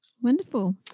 Wonderful